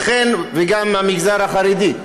וגם המגזר החרדי,